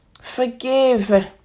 Forgive